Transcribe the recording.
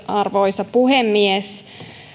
arvoisa puhemies